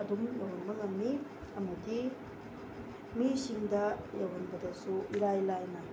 ꯑꯗꯨꯝ ꯌꯧꯍꯟꯕ ꯉꯝꯃꯤ ꯑꯃꯗꯤ ꯃꯤꯁꯤꯡꯗ ꯌꯧꯍꯟꯕꯗꯁꯨ ꯏꯔꯥꯏ ꯂꯥꯏꯅ